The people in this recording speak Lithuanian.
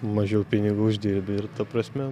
mažiau pinigų uždirbi ir ta prasme